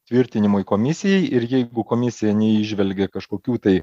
tvirtinimui komisijai ir jeigu komisija neįžvelgia kažkokių tai